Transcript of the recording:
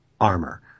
armor